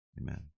Amen